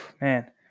Man